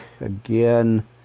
Again